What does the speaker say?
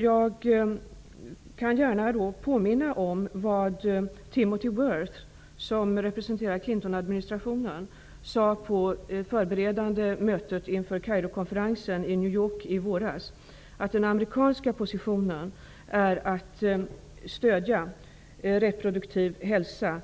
Jag kan påminna om vad Timothy Worth, som representerar Clintonadministrationen sade på det förberedande mötet inför Kairokonferensen i New York i våras: Den amerikanska positionen är att stödja reproduktiv hälsa,